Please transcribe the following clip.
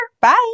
Bye